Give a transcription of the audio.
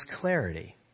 clarity